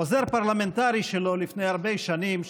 עוזר פרלמנטרי שלו לפני הרבה שנים,